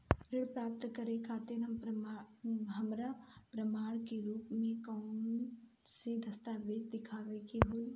ऋण प्राप्त करे के खातिर हमरा प्रमाण के रूप में कउन से दस्तावेज़ दिखावे के होइ?